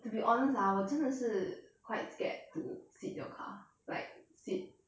to be honest ah 我真的是 quite scared to sit your car like sit